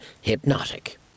Hypnotic